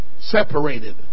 separated